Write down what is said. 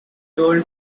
told